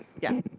yeah.